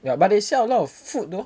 ya but they sell a lot of food though